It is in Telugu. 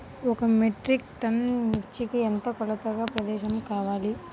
ఒక మెట్రిక్ టన్ను మిర్చికి ఎంత కొలతగల ప్రదేశము కావాలీ?